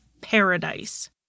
paradise